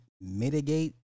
mitigate